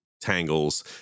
tangles